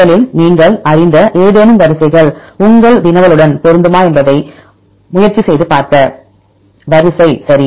முதலில் நீங்கள் அறிந்த ஏதேனும் வரிசைகள் உங்கள் வினவலுடன் பொருந்துமா என்பதைப் பார்க்க முயற்சி செய்க வரிசை சரி